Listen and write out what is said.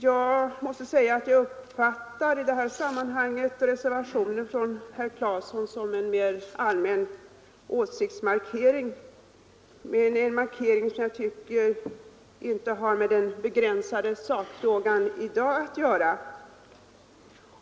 Jag måste säga att jag uppfattar reservationen från herr Claeson i detta sammanhang som en allmän åsiktsmarkering, men en markering som jag tycker inte har med den begränsade sakfrågan i dag att göra.